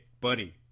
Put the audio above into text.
buddy